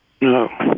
No